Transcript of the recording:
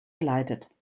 geleitet